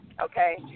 Okay